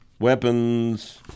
Weapons